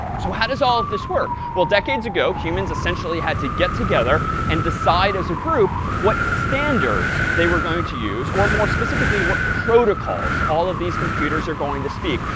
so how does all of this work? well, decades ago, humans essentially had to get together and decide as a group what standards they were going to use, or more specifically, what protocols all of these computers are going to speak.